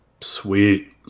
Sweet